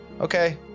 okay